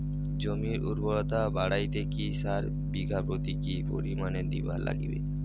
জমির উর্বরতা বাড়াইতে কি সার বিঘা প্রতি কি পরিমাণে দিবার লাগবে?